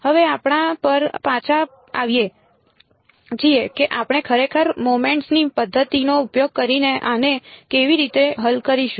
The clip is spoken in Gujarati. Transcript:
હવે આપણા પર પાછા આવીએ છીએ કે આપણે ખરેખર મોમેન્ટ્સની પદ્ધતિનો ઉપયોગ કરીને આને કેવી રીતે હલ કરીશું